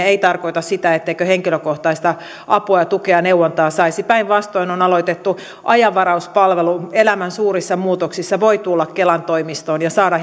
ei tarkoita sitä etteikö henkilökohtaista apua tukea ja neuvontaa saisi päinvastoin on aloitettu ajanvarauspalvelu elämän suurissa muutoksissa voi tulla kelan toimistoon ja saada